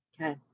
Okay